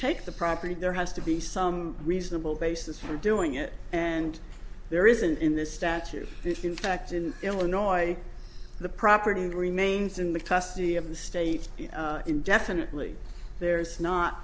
take the property there has to be some reasonable basis for doing it and there isn't in this statute in fact in illinois the property and remains in the custody of the state indefinitely there is not